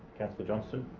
councillor johnston